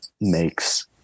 makes